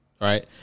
right